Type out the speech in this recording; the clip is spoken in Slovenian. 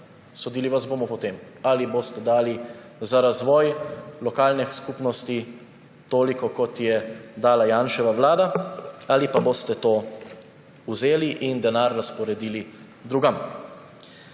Sodili vas bomo po tem, ali boste dali za razvoj lokalnih skupnosti toliko, kot je dala Janševa vlada, ali pa boste to vzeli in denar razporedili drugam.